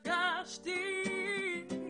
באמת ריגשתם.